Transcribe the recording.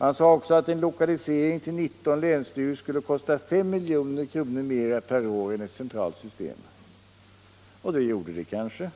Man sade också att en lokalisering till 19 länsstyrelser skulle kosta 5 milj.kr. mer per år än ett centralt system. Och det gjorde det kanske.